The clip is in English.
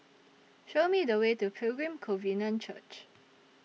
Show Me The Way to Pilgrim Covenant Church